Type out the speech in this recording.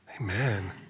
Amen